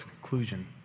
conclusion